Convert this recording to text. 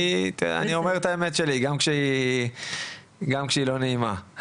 אני אומר את האמת שלי גם כשהיא לא נעימה,